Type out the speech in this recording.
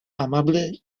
amable